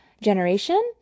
generation